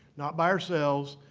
not by ourselves,